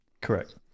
correct